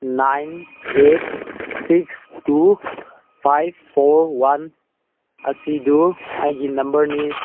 nine eight six two five four one ꯑꯁꯤꯗꯨ ꯑꯩꯒꯤ ꯅꯝꯕꯔꯅꯤ